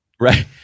Right